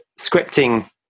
scripting